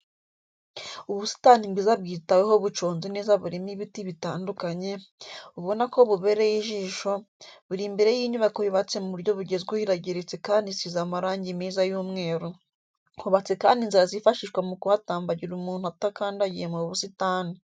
Ubusitani bwiza bwitaweho buconze neza burimo ibiti bitandukanye, ubona ko bubereye ijisho, buri imbere y'inyubako yubatse mu buryo bugezweho irageretse kandi isize amarangi meza y'umweru, hubatse kandi inzira zifashishwa mu kuhatambagira umuntu adakandagiye mu busitani.